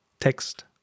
text